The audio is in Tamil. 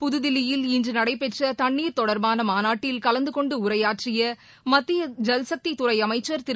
புதுதில்லியில் இன்று நடைபெற்ற தண்ணீர் தொடர்பான மாநாட்டில் கலந்தகொண்டு உரையாற்றிய மத்திய ஐல்சக்தி அமைச்சர் துறை திரு